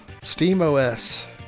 SteamOS